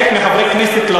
חלק מחברי הכנסת,